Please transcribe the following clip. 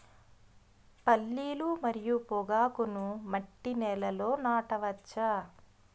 పల్లీలు మరియు పొగాకును మట్టి నేలల్లో నాట వచ్చా?